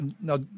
now